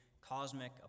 cosmic